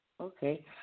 Okay